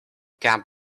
cab